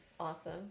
Awesome